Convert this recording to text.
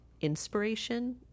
inspiration